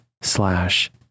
slash